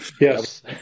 yes